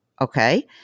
Okay